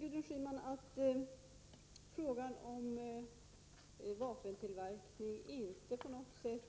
Gudrun Schyman säger att frågan om vapentillverkning inte på något sätt